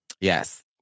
Yes